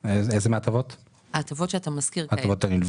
על ההטבות הנלוות?